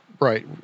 Right